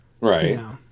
right